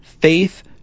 faith